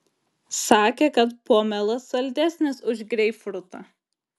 sakė kad pomelas saldesnis už greipfrutą